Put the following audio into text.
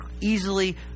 easily